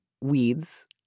weeds